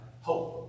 hope